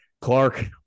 clark